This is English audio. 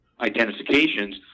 identifications